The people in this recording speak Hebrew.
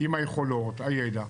עם היכולות, הידע,